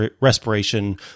respiration